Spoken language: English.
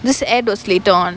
this advertisement was later on